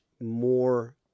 more